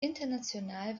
international